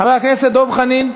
חבר הכנסת דב חנין,